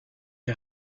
est